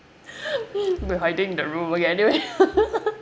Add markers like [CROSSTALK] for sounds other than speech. [LAUGHS] they hiding in the room okay anyway [LAUGHS]